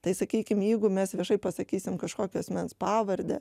tai sakykim jeigu mes viešai pasakysim kažkokio asmens pavardę